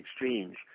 exchange